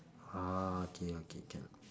ah okay okay can